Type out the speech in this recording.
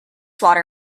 water